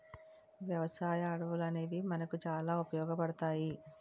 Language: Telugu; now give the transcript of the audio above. వ్యవసాయ అడవులనేవి మనకు చాలా ఉపయోగపడతాయి